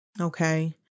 Okay